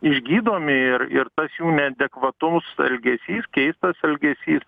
išgydomi ir ir tas jų neadekvatus elgesys keistas elgesys